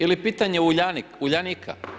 Ili pitanje Uljanika.